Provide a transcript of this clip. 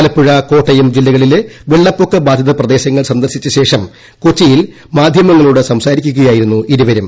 ആലപ്പുഴ കോട്ടയം ജില്ലകളിലെ വെള്ളപ്പിറ്റിക്ക ബാധിത പ്രദേശങ്ങൾ സന്ദർശിച്ച ശേഷം കൊച്ചിയിൽ മാധ്യമങ്ങളോട് സംസാരിക്കുകയായിരുന്നു ഇരുവരും